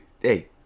hey